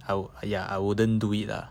how are ya I wouldn't do it lah